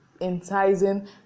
enticing